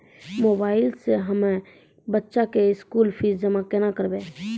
Mobile से हम्मय बच्चा के स्कूल फीस जमा केना करबै?